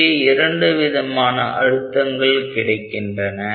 இங்கே இரண்டு விதமான அழுத்தங்கள் கிடைக்கின்றன